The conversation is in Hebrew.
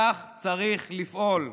כך צריך לפעול.